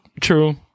true